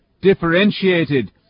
differentiated